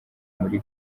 muri